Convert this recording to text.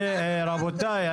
רבותיי,